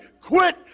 quit